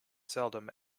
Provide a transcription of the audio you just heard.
seldom